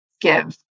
give